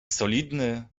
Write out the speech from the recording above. solidny